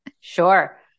Sure